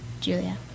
Julia